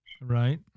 Right